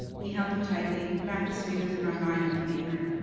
he held me tightly, wrapped his fingers around mine like an anchor.